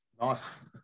Nice